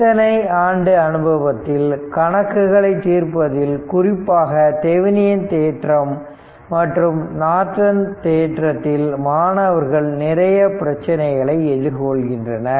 இத்தனை ஆண்டு அனுபவத்தில் கணக்குகளை தீர்ப்பதில் குறிப்பாக தெவினின் தேற்றம் மற்றும் நார்டன் தேற்றத்தில் மாணவர்கள் நிறைய பிரச்சினைகளை எதிர்கொள்கின்றனர்